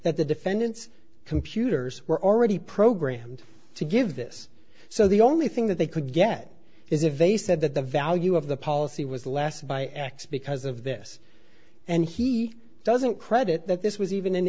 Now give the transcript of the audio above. that the defendants computers were already programmed to give this so the only thing that they could get is if they said that the value of the policy was less by x because of this and he doesn't credit that this was even an